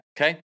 okay